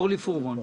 אורלי פרומן.